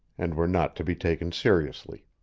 and were not to be taken seriously.